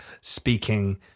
speaking